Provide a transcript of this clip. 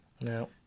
no